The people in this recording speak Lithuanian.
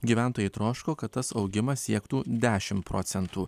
gyventojai troško kad tas augimas siektų dešim procentų